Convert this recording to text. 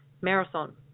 marathon